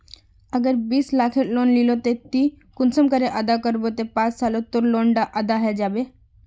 अगर बीस लाखेर लोन लिलो ते ती कुंसम करे अदा करबो ते पाँच सालोत तोर लोन डा अदा है जाबे?